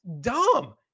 dumb